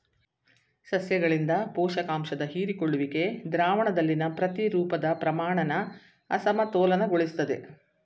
ಸಸ್ಯಗಳಿಂದ ಪೋಷಕಾಂಶದ ಹೀರಿಕೊಳ್ಳುವಿಕೆ ದ್ರಾವಣದಲ್ಲಿನ ಪ್ರತಿರೂಪದ ಪ್ರಮಾಣನ ಅಸಮತೋಲನಗೊಳಿಸ್ತದೆ